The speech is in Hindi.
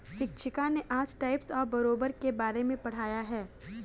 शिक्षिका ने आज टाइप्स ऑफ़ बोरोवर के बारे में पढ़ाया है